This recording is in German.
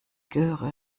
göre